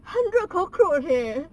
hundred cockroach leh